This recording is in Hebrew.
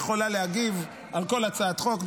היא יכולה להגיב על כל הצעת חוק,